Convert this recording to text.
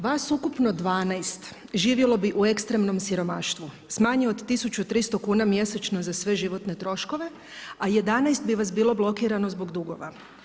Vas ukupno 12 živjelo bi u ekstremnom siromaštvu sa manje od 1300 kuna mjesečno za sve životne troškove a 11 bi vas bilo blokirano zbog dugova.